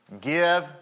give